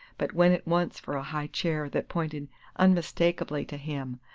but went at once for a high chair that pointed unmistakably to him,